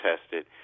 tested